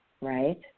right